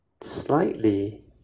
slightly